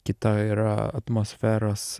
kita yra atmosferos